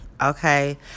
okay